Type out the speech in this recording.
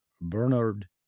Bernard